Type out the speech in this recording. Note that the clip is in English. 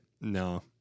No